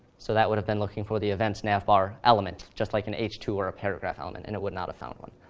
so that would have been looking for the events navbar element, just like an h two or a paragraph element, and it would not have found one.